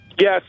Yes